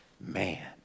man